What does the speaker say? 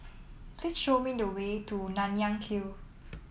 please show me the way to Nanyang Hill